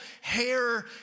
hair